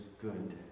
good